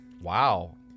Wow